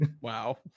wow